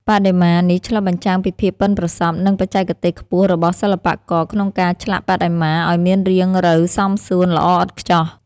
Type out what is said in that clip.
បដិមានេះឆ្លុះបញ្ចាំងពីភាពប៉ិនប្រសប់ និងបច្ចេកទេសខ្ពស់របស់សិល្បករក្នុងការឆ្លាក់បដិមាឱ្យមានរាងរៅសមសួនល្អឥតខ្ចោះ។